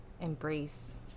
embrace